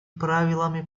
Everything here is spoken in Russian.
правилами